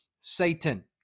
Satan